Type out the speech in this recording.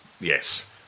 Yes